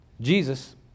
Jesus